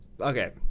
Okay